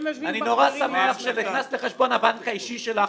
נורא ששמח שנכנסת לחשבון הבנק האישי שלך,